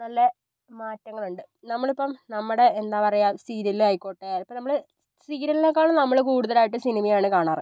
നല്ല മാറ്റങ്ങളുണ്ട് നമ്മളിപ്പം നമ്മുടെ എന്താ പറയുക സീരിയലിൽ ആയിക്കോട്ടെ ഇപ്പം നമ്മൾ സീരിയലിനെക്കാളും നമ്മൾ കൂടുതലായിട്ടും സിനിമയാണ് കാണാറ്